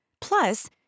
Plus